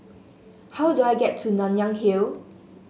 how do I get to Nanyang Hill